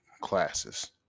classes